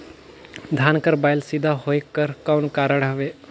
धान कर बायल सीधा होयक कर कौन कारण हवे?